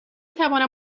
توانم